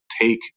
take